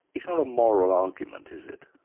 it's not a moral argument, is it?